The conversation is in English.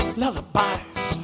lullabies